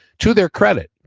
to their credit.